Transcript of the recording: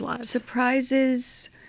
Surprises